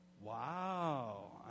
Wow